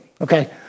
okay